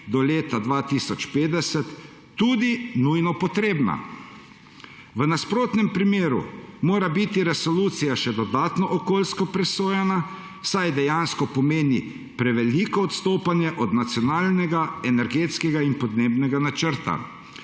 do leta 2050 tudi nujno potrebna. V nasprotnem primeru mora biti resolucija še dodatno okoljsko presojana, saj dejansko pomeni preveliko odstopanje od Nacionalnega energetskega in podnebnega načrta,